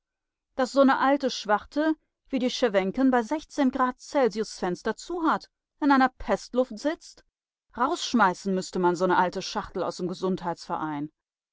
daß so ne alte schwarte wie die scherwenken bei sechzehn grad celsius s fenster zu hat in einer pestluft sitzt rausschmeißen müßte man so ne alte schachtel aus m gesundheitsverein